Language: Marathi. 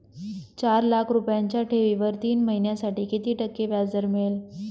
चार लाख रुपयांच्या ठेवीवर तीन महिन्यांसाठी किती टक्के व्याजदर मिळेल?